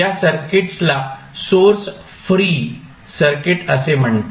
या सर्किट्सला source free circuit असे म्हणतात